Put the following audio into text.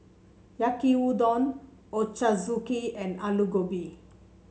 Yaki Udon Ochazuke and Alu Gobi